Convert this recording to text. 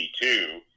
two